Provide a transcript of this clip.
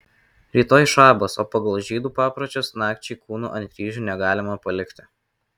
rytoj šabas o pagal žydų papročius nakčiai kūnų ant kryžių negalima palikti